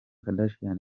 kardashian